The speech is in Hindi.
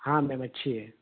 हाँ मैम अच्छी है